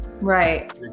Right